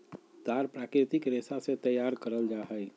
तार प्राकृतिक रेशा से तैयार करल जा हइ